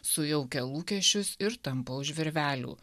sujaukia lūkesčius ir tampo už virvelių